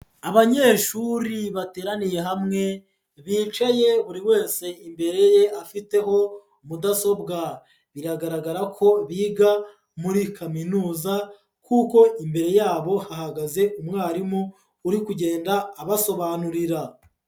Abanyeshuri bateraniye hamwe, bicaye buri wese imbere ye afiteho mudasobwa, biragaragara ko biga muri kaminuza kuko imbere yabo hahagaze umwarimu uri kugenda abasobanurira.